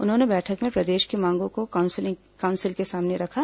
उन्होंने बैठक में प्रदेश की मांगों को काउंसिल के सामने रखा